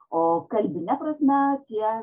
o kalbine prasme tie